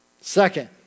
Second